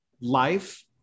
life